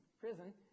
prison